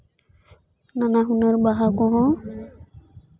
ᱱᱟᱱᱟ ᱦᱩᱱᱟᱹᱨ ᱵᱟᱦᱟ ᱠᱚᱦᱚᱸ